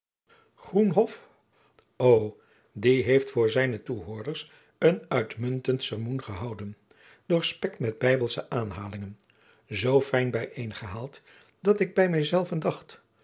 die heeft voor zijne toehoorders een uitmuntend sermoen gehouden doorspekt met bijbelsche aanhalingen zoo fijn bijeengehaald dat ik bij mijzelven dacht